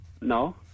No